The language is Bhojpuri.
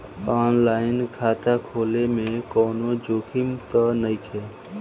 आन लाइन खाता खोले में कौनो जोखिम त नइखे?